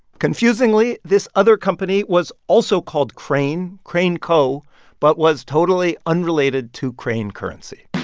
confusingly, this other company was also called crane crane co but was totally unrelated to crane currency